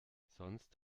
sonst